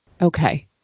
Okay